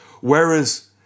Whereas